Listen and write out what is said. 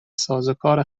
سازوکار